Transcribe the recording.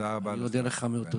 אני אודה לך מאוד.